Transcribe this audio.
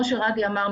כמו שראדי אמר,